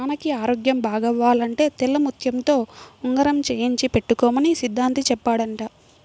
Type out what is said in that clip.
నాన్నకి ఆరోగ్యం బాగవ్వాలంటే తెల్లముత్యంతో ఉంగరం చేయించి పెట్టుకోమని సిద్ధాంతి చెప్పాడంట